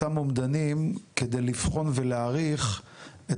באותם אומדנים כדי לבחון ולהעריך את